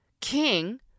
king